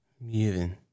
Moving